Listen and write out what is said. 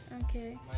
Okay